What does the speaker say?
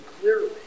clearly